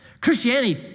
Christianity